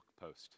post